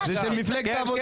שניים.